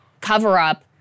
cover-up